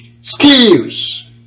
skills